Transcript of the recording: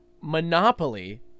Monopoly